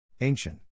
Ancient